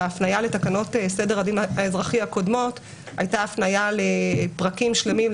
בהפניה לתקנות סדר הדין האזרחי הקודמות הייתה הפניה לפרקים שלמים,